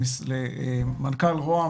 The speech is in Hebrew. למנכ"ל רוה"מ,